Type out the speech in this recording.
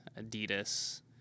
Adidas